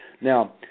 Now